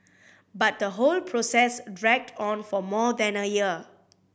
but the whole process dragged on for more than a year